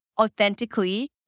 authentically